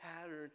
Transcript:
pattern